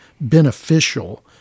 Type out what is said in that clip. beneficial